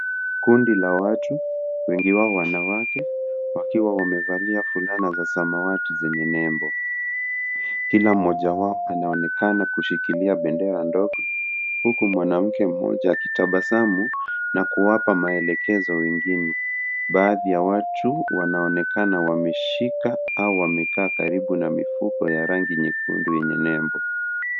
Kundi la watu, wengi wao wanawake, wakiwa wamevalia fulana za samawati zenye nembo. Kila mmoja wao anaonekana kushikilia bendera ndogo, huku mwanamke mmoja akitabasamu, na kuwapa maelekezo wengine. Baadhi ya watu wanaonekana wameshika, au wamekaa karibu na mifuko ya rangi nyekundu yenye nembo.